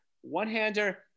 One-hander